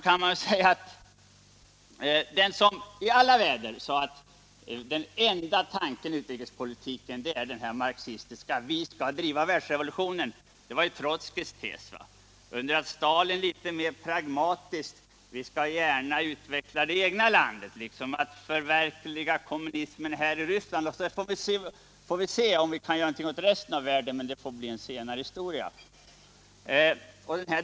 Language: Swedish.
En som i alla väder sade att den enda tanken i utrikespolitiken är att driva världsrevolutionen var Trotskij. Stalins inställning var litet mera pragmatisk: Vi skall utveckla det egna landet och förverkliga kommunismen i Ryssland. Att göra någonting åt resten av världen får bli en senare historia.